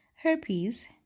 herpes